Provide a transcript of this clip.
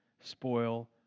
spoil